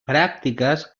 pràctiques